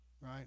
Right